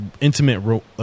intimate